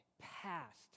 past